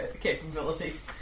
capabilities